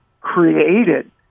created